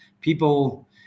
people